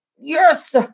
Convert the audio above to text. yes